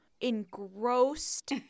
engrossed